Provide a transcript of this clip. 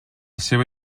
seva